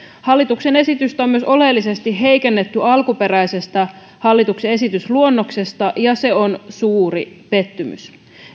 hallituksen esitystä on myös oleellisesti heikennetty alkuperäisestä hallituksen esitysluonnoksesta ja se on suuri pettymys